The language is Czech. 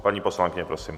Paní poslankyně, prosím.